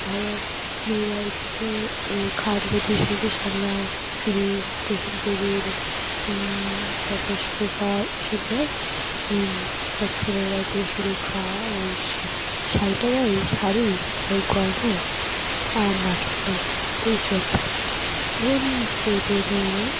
ধরো মেয়ের বাড়ি থেকে এ খাট গদি শোকেস আলনা ফ্রিজ ড্রেসিং টেবিল তারপর সোফা এসব দেয় আর ছেলের বাড়ি থেকে শুধু খাট শা শাড়িটা দেয় শাড়ি আর গয়না আর নাকেরটা এই সবই ওরকম চেয়ে টেয়ে নেয় না